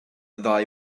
ddau